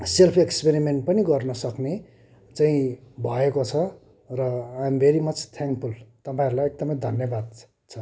self experiment पनि गर्न सक्ने चाहिँ भएको छ र आइएम भेरी मच थ्याङ्कफुल तपाईँहरूलाई एकदमै धन्यवाद छ